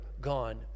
gone